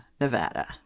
Nevada